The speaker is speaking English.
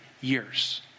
years